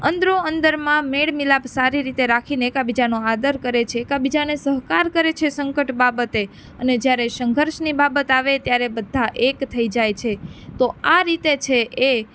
અંદરો અંદરમાં મેળ મિલાપ સારી રીતે રાખીને એકબીજાનો આદર કરે છે એકબીજાને સહકાર કરે છે સંકટ બાબતે અને જ્યારે સંઘર્ષની બાબત આવે ત્યારે બધા એક થઈ જાય છે તો આ રીતે છે એ